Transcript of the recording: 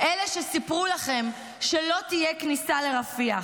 אלה שסיפרו לכם שלא תהיה כניסה לרפיח,